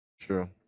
True